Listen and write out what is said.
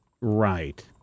Right